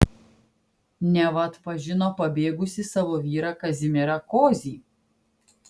neva atpažino pabėgusį savo vyrą kazimierą kozį